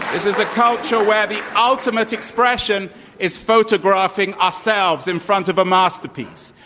is is a culture where the ultimate expression is photographing ourselves in front of a masterpiece,